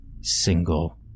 Single